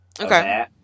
Okay